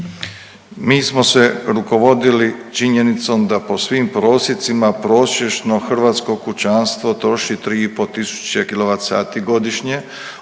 Mi smo se rukovodili činjenicom da po svim prosjecima prosječno hrvatsko kućanstvo troši 3,5 tisuće kilovat